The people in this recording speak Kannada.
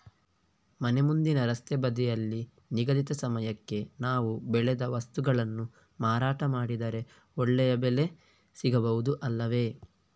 ಮನೆ ಮುಂದಿನ ರಸ್ತೆ ಬದಿಯಲ್ಲಿ ನಿಗದಿತ ಸಮಯಕ್ಕೆ ನಾವು ಬೆಳೆದ ವಸ್ತುಗಳನ್ನು ಮಾರಾಟ ಮಾಡಿದರೆ ಒಳ್ಳೆಯ ಬೆಲೆ ಸಿಗಬಹುದು ಅಲ್ಲವೇ?